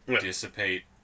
dissipate